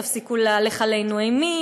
תפסיקו להלך עלינו אימים,